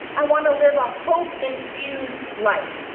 i want to live a hope infused life,